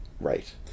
Right